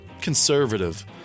conservative